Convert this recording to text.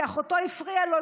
כי אחותו הפריעה לו,